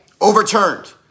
overturned